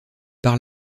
par